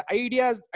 ideas